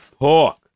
talk